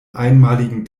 einmaligen